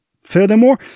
Furthermore